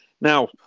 Now